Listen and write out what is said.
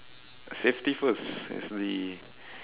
safety first definitely